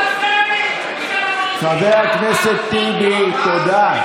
חבר הכנסת טיבי, תודה.